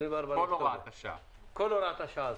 24 באוקטובר, כל הוראת השעה.